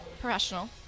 professional